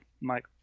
Mike